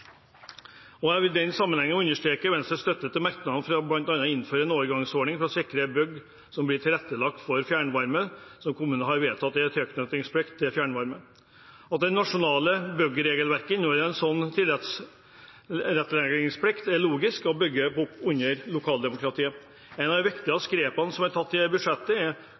Jeg vil i denne sammenheng understreke Venstres støtte til merknaden om bl.a. å innføre en overgangsordning for å sikre at bygg blir tilrettelagt for fjernvarme der kommunen har vedtatt at det er tilknytningsplikt til fjernvarme. At det nasjonale byggregelverket inneholder en sånn tilretteleggingsplikt, er logisk og bygger opp under lokaldemokratiet. Et av de viktigste grepene som er tatt i dette budsjettet,